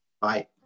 Bye